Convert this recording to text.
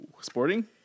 Sporting